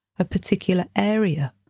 a particular area.